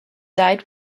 died